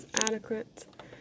adequate